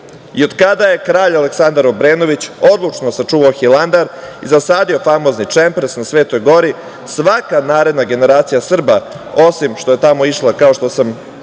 i od kada je kralj Aleksandar Obrenović odlučno sačuvao Hilandar, zasadio famozni čempres na Svetoj gori, svaka naredna generacija Srba, osim što je tamo išla, kao što sam pomenuo,